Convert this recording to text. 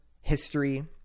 history